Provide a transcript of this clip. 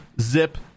Zip